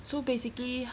so basically